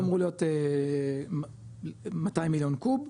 הוא אמור להיות 200 מיליון קוב.